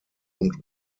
und